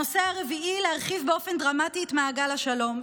הנושא הרביעי, להרחיב באופן דרמטי את מעגל השלום.